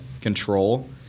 control